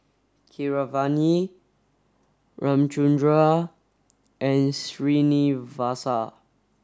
Keeravani Ramchundra and Srinivasa